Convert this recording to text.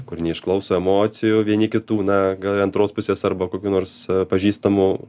kur neišklauso emocijų vieni kitų na gal ir antros pusės arba kokių nors pažįstamų